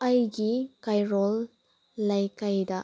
ꯑꯩꯒꯤ ꯀꯩꯔꯣꯏ ꯂꯩꯀꯥꯏꯗ